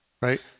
right